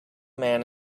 man